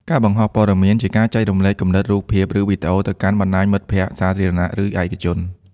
ការបង្ហោះព័ត៌មាន ជាការចែករំលែកគំនិត រូបភាព ឬវីដេអូទៅកាន់បណ្ដាញមិត្តភក្ដិសាធារណៈ ឬឯកជន។